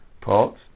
parts